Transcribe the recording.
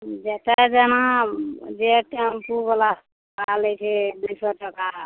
जतए जेना जे टेम्पूवला भाड़ा लै छै दुइ सओ टका